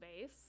base